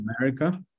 America